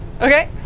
Okay